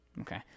Okay